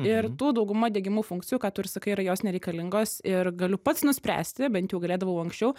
ir tų dauguma diegiamų funkcijų ką tu ir sakai jos nereikalingos ir galiu pats nuspręsti bent jau galėdavau anksčiau